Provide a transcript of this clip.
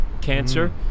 cancer